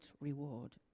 reward